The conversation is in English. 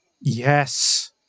Yes